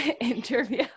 interview